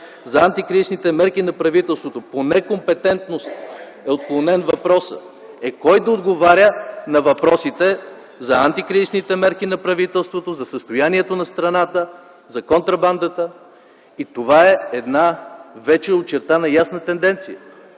за антикризисните мерки на правителството. По некомпетентност е отклонен въпросът. Е, кой да отговаря на въпросите за антикризисните мерки на правителството, за състоянието на страната, за контрабандата? И това е една вече очертана ясна тенденция,